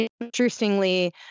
interestingly